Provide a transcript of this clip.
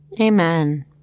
Amen